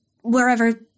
wherever